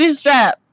strap